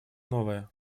новое